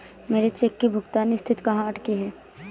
मेरे चेक की भुगतान स्थिति कहाँ अटकी है?